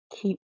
keep